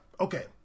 okay